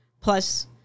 plus